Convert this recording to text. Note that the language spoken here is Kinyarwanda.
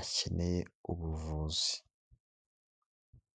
akeneye ubuvuzi.